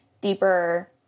deeper